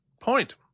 point